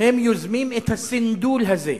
הם יוזמים את הסנדול הזה,